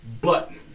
button